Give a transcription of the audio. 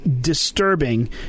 disturbing